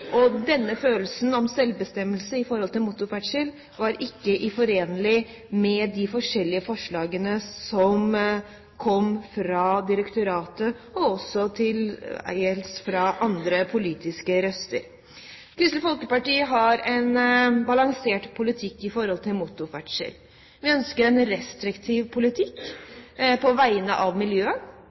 Denne følelsen av selvbestemmelse i forhold til motorferdsel var ikke forenlig med de forskjellige forslagene som kom fra direktoratet og også til dels fra andre politiske røster. Kristelig Folkeparti har en balansert politikk når det gjelder motorferdsel. Vi ønsker en restriktiv politikk på vegne av miljøet,